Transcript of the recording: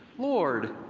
lord,